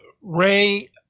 Ray